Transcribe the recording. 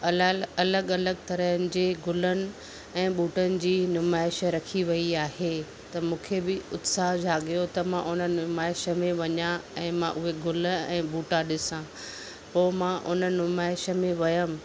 अलाल अलॻि अलॻि तरहनि जे गुलनि ऐं ॿूटनि जी नुमाइश रखी वई आहे त मूंखे बि उत्साह जाॻियो त मां उन नुमाइश में वञा ऐं मां उहे गुल ऐं ॿूटा ॾिसां पोइ मां उन नुमाइश में वयमि